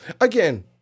Again